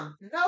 No